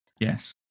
Yes